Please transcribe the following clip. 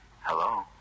Hello